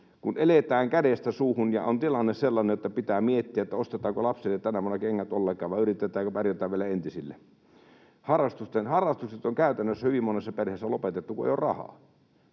kun eletään kädestä suuhun, ja on tilanne sellainen, että pitää miettiä, ostetaanko lapsille tänä vuonna kengät ollenkaan vai yritetäänkö pärjätä vielä entisillä. Harrastukset on käytännössä hyvin monessa perheessä lopetettu, kun ei ole rahaa.